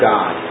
God